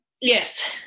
yes